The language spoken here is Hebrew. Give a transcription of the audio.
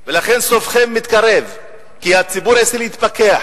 ולכן סופכם מתקרב, כי הציבור הישראלי יתפכח